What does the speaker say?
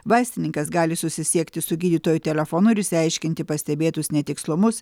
vaistininkas gali susisiekti su gydytoju telefonu ir išsiaiškinti pastebėtus netikslumus